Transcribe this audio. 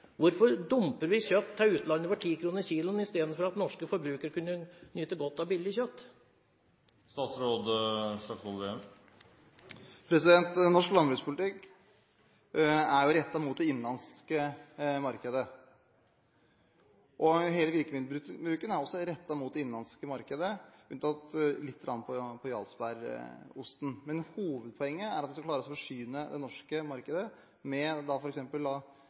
Hvorfor dumper vi kjøtt til utlandet for 10 kr per kilo istedenfor at norske forbrukere kunne nyte godt av billig kjøtt? Norsk landbrukspolitikk er rettet mot det innenlandske markedet. Hele virkemiddelbruken er også rettet mot det innenlandske markedet, unntatt litt på jarlsbergosten. Men hovedpoenget er at vi skal klare å forsyne det norske markedet med